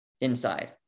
inside